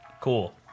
Cool